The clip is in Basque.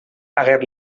ager